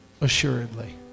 assuredly